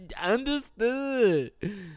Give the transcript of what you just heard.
understood